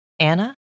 Anna